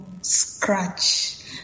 scratch